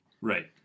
Right